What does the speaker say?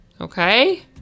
Okay